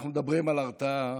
אנחנו מדברים על הרתעה.